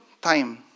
time